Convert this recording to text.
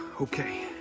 Okay